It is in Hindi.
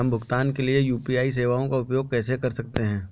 हम भुगतान के लिए यू.पी.आई सेवाओं का उपयोग कैसे कर सकते हैं?